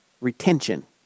Retention